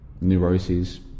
neuroses